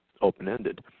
open-ended